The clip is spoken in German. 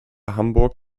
hamburg